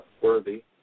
worthy